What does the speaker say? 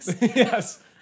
yes